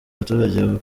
abaturage